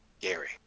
Gary